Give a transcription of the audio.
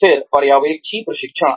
फिर पर्यवेक्षी प्रशिक्षण